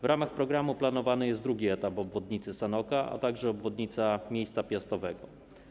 W ramach programu planowany jest drugi etap obwodnicy Sanoka, a także obwodnica Miejsca Piastowego.